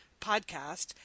podcast